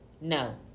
no